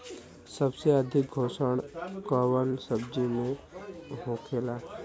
सबसे अधिक पोषण कवन सब्जी में होखेला?